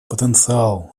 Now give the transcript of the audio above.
потенциал